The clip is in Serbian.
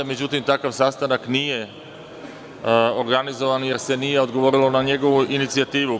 Međutim, takav sastanak nije organizovan, jer se nije odgovorilo na njegovu inicijativu.